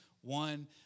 one